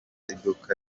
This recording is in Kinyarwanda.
iduka